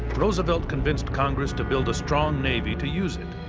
roosevelt convinced congress to build a strong navy to use it.